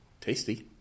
tasty